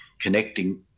connecting